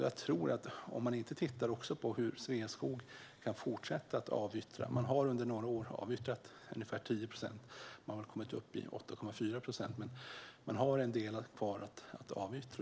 Jag tror att man bör titta på hur Sveaskog kan fortsätta att avyttra mark. Man har under några år haft ett mål om att avyttra ungefär 10 procent och har väl kommit upp i 8,4 procent. Alltså har man en del kvar att avyttra.